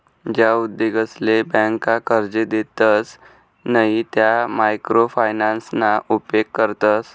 ज्या उद्योगसले ब्यांका कर्जे देतसे नयी त्या मायक्रो फायनान्सना उपेग करतस